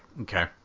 okay